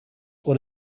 what